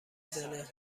زنه